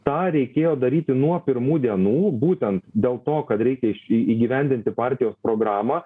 tą reikėjo daryti nuo pirmų dienų būtent dėl to kad reikia iš įgyvendinti partijos programą